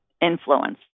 influence